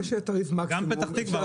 גם פתח תקווה.